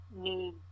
need